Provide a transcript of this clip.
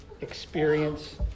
experience